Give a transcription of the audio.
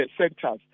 sectors